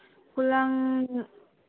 ꯈꯨꯂꯪ